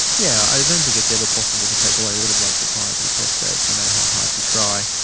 yeah i don't think it's ever possible to take away all the blood supply to the prostate, no matter how hard we try.